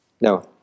No